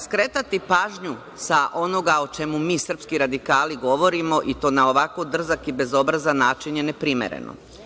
Skretati pažnju sa onoga o čemu mi srpski radikali govorimo, i to na ovako drzak i bezobrazan način, je neprimereno.